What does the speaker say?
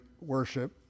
worship